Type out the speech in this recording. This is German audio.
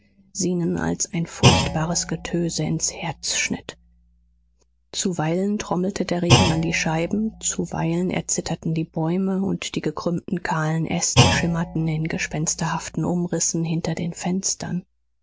zenon als ein furchtbares getöse ins herz schnitt zuweilen trommelte der regen an die scheiben zuweilen erzitterten die bäume und die gekrümmten kahlen äste schimmerten in gespensterhaften umrissen hinter den fenstern